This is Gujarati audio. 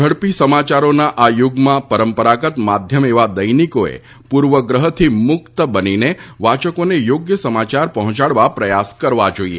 ઝડપી સમાચારોના આ યુગમાં પરંપરાગત માધ્યમ એવા દૈનિકોએ પૂર્વગ્રહથી મુક્ત બનીને વાચકોને થોગ્ય સમાચાર પહોંચાડવા પ્રયાસ કરવા જોઇએ